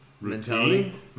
Routine